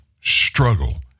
struggle